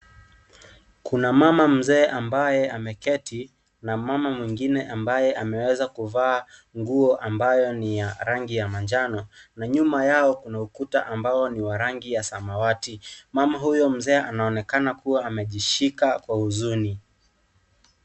Kuna mama mzee ambaye ameketi na mama mwingine ambaye ameweza kuvaa nguo ambayo ni ya rangi ya manjano na nyuma yao kuna ukuta ambao ni wa rangi ya samwati. Mama huyo mzee anaonekana kuwa amejishika kwa huzuni.